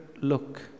look